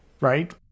right